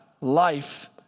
life